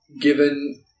given –